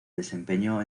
desempeñó